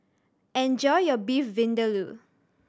enjoy your Beef Vindaloo